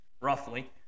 roughly